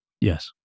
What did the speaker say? Yes